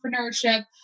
entrepreneurship